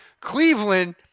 Cleveland